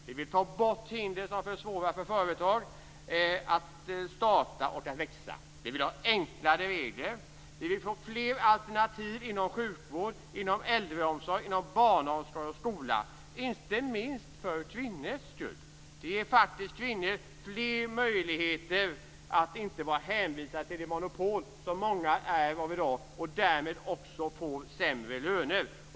Vi vill ta bort hinder som försvårar för företag att starta och att växa. Vi vill ha enklare regler. Vi vill få fler alternativ inom sjukvård, inom äldreomsorg och inom barnomsorg och skola, inte minst för kvinnors skull. Det ger faktiskt kvinnor fler möjligheter, och de skulle inte vara hänvisade till det monopol som många är hänvisade till i dag. Därmed får de också sämre löner.